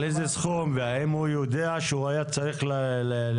תלוי על איזה סכום ואם הוא יודע שהוא היה צריך לשלם.